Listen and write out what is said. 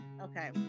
okay